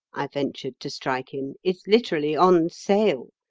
i ventured to strike in, is literally on sale.